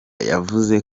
yavuze